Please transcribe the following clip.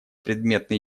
предметные